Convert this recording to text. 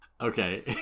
Okay